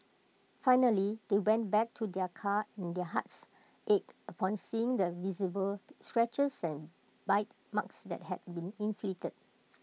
finally they went back to their car and their hearts ached upon seeing the visible scratches and bite marks that had been inflicted